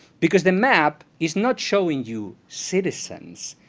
because the map is not showing you citizens.